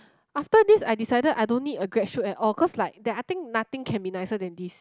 after this I decided I don't need a grad shoot at all cause like that I think nothing can be nicer than this